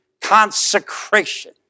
consecration